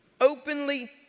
openly